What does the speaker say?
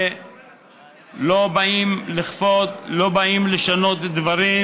ולא באים לכפות, לא באים לשנות דברים,